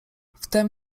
wtem